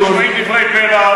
מועתז חיג'אזי הוצא להורג כשלא